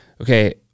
okay